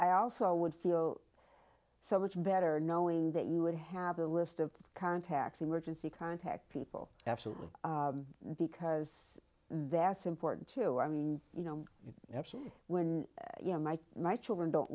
i also would feel so much better knowing that you would have a list of contacts emergency contact people absolutely because that's important to i mean you know when you might my children don't